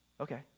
Okay